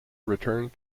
returned